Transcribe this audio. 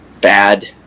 bad